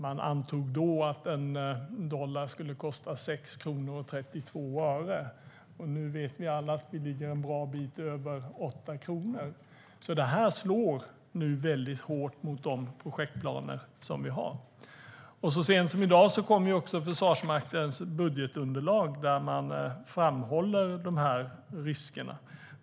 Man antog då att 1 dollar skulle kosta 6,32 kronor. Nu vet vi alla att den kostar en bra bit över 8 kronor. Detta slår hårt mot de projektplaner som vi har. Så sent som i dag kom också Försvarsmaktens budgetunderlag, där man framhåller riskerna.